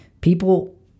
People